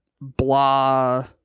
blah